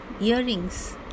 earrings